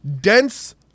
dense